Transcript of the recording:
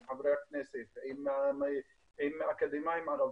עם חברי הכנסת ועם אקדמאים ערבים,